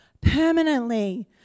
permanently